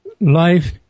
life